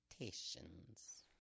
Expectations